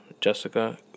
Jessica